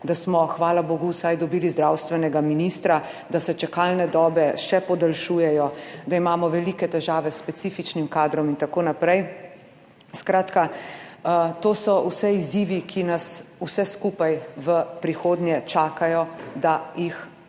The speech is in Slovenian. da smo, hvala bogu, vsaj dobili zdravstvenega ministra, da se čakalne dobe še podaljšujejo, da imamo velike težave s specifičnim kadrom in tako naprej. Skratka, to so vse izzivi, ki nas vse skupaj v prihodnje čakajo, da jih rešimo,